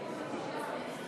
נא לשבת.